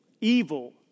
evil